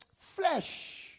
flesh